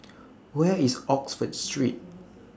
Where IS Oxford Street